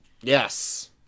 Yes